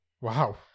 Wow